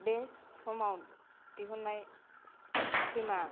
बे समाव दिहुन्नाय क्रिमा